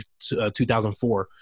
2004